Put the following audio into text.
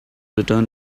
returned